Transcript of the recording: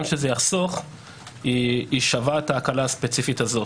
שזה יחסוך שווים את ההקלה הספציפית הזאת.